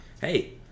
hey